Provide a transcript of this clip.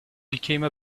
became